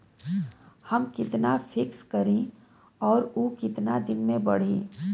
हम कितना फिक्स करी और ऊ कितना दिन में बड़ी?